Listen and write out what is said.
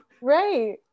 Right